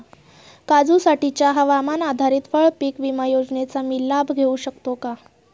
काजूसाठीच्या हवामान आधारित फळपीक विमा योजनेचा मी लाभ घेऊ शकतो का?